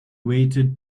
waited